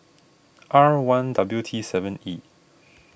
R one W T seven E